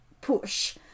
push